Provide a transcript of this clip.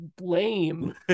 lame